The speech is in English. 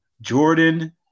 Jordan